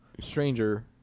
stranger